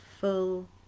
full